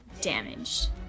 damaged